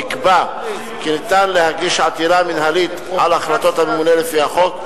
נקבע כי ניתן להגיש עתירה מינהלית על החלטות הממונה לפי החוק,